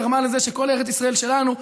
גרמה לזה שכל ארץ ישראל שלנו,